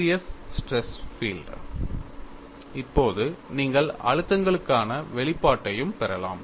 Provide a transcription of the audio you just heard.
serious stress field இப்போது நீங்கள் அழுத்தங்களுக்கான வெளிப்பாட்டையும் பெறலாம்